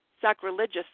sacrilegious